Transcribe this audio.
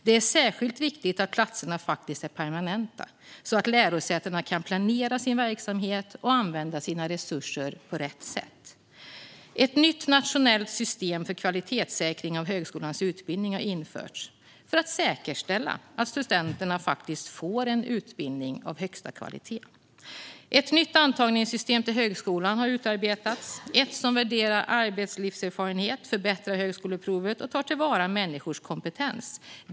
Det är särskilt viktigt att platserna faktiskt är permanenta så att lärosätena kan planera sin verksamhet och använda sina resurser på rätt sätt. Ett nytt nationellt system för kvalitetssäkring av högskolans utbildning har införts för att säkerställa att studenterna faktiskt får en utbildning av högsta kvalitet. Ett nytt antagningssystem till högskolan har utarbetats. Det värderar arbetslivserfarenhet, förbättrar högskoleprovet och tar till vara människors kompetens.